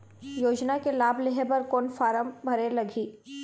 योजना के लाभ लेहे बर कोन फार्म भरे लगही?